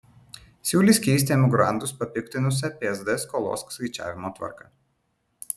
siūlys keisti emigrantus papiktinusią psd skolos skaičiavimo tvarką